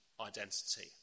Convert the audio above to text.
identity